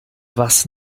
was